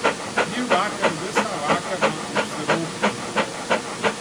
ji vakar visą vakarą užsiraukus buvo